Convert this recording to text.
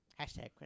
Hashtag